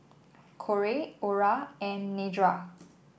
Corey Ora and Nedra